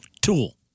Tool